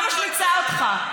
אני לא משמיצה אותך.